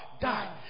Die